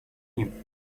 him